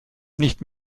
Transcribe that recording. nicht